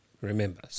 Remember